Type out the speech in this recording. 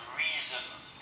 reasons